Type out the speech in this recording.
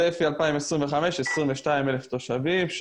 הצפי ל-2025 הוא 22,000 תושבים.